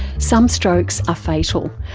some strokes are fatal,